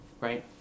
Right